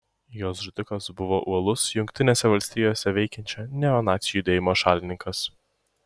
jos žudikas buvo uolus jungtinėse valstijose veikiančio neonacių judėjimo šalininkas